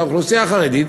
האוכלוסייה החרדית,